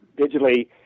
digitally